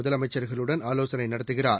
முதலமைச்சர்களுடன் ஆலோசனை நடத்துகிறார்